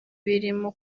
birimo